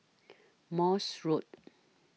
Morse Road